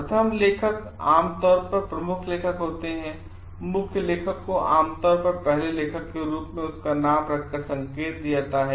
प्रथम लेखक आमतौर पर प्रमुख लेखक होते हैं मुख्य लेखक को आमतौर पर पहले लेखक के रूप में उसका नाम रखकर संकेत दिया जाता है